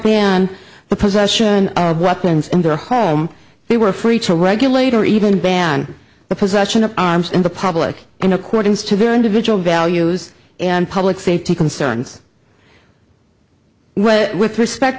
ban the possession of weapons in their home they were free to regulate or even ban the possession of arms in the public in accordance to their individual values and public safety concerns with respect